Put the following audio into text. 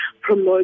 promote